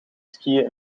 skiën